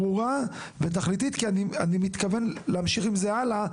ברורה ותכליתית כי אני מתכוון להמשיך עם זה הלאה.